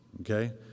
Okay